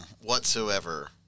whatsoever